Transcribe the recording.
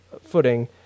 footing